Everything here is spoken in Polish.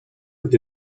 gdy